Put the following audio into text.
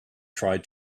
tried